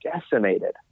decimated